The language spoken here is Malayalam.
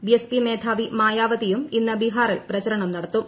ബിഎസ്പി മേധാവി മായാവതിയും ഇന്ന് ബിഹാറിൽ പ്രചരണം നടത്തും